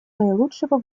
наилучшего